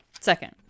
Second